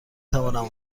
توانم